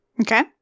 Okay